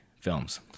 films